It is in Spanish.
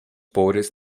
pobres